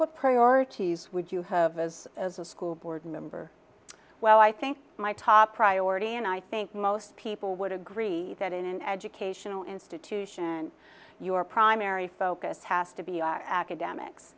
what priorities would you have as as a school board member well i think my top priority and i think most people would agree that in an educational institution your primary focus has to be our academics